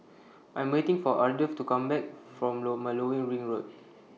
I Am waiting For Ardeth to Come Back from Low Ring Road